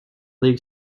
league